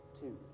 two